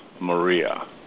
Maria